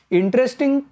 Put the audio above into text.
interesting